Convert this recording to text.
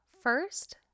First